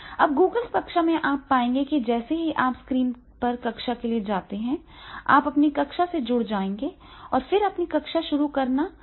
अब Google कक्षा में आप पाएंगे कि जैसे ही आप स्क्रीन पर कक्षा के लिए जाते हैं आप अपनी कक्षा से जुड़ जाएंगे और फिर अपनी कक्षा शुरू करना अधिक आसान हो जाएगा